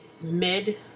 mid